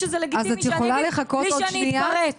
ישבנו שעות על גבי שעות על כלכלת הפלטפורמות שנכנסה מאוד מאוד